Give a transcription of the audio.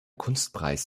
kunstpreis